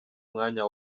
mwanya